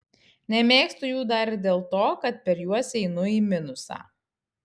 nemėgstu jų dar ir dėl to kad per juos einu į minusą